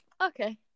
okay